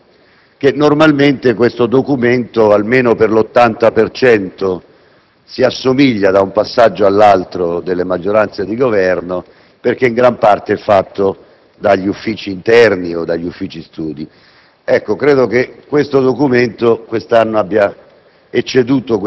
come ha accennato questa mattina in audizione il vice ministro Visco, che normalmente questi Documenti, almeno per l'80 cento, si assomigliano, da un passaggio all'altro delle maggioranze di Governo, perché in gran parte sono fatti dagli uffici interni, dagli uffici studi.